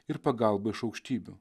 ir pagalba iš aukštybių